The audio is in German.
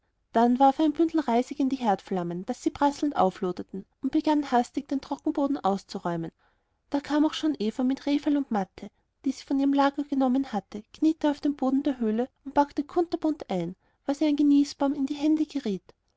dann warf er ein bündel reisig in die herdflammen daß sie prasselnd aufloderten und begann hastig den trockenboden auszuräumen da kam auch schon eva mit rehfell und matte die sie von ihrem lager genommen hatte kniete auf den boden der höhle und packte kunterbunt ein was ihr an genießbarem in die hände geriet